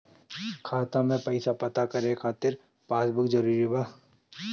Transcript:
खाता में पईसा पता करे के खातिर पासबुक जरूरी बा?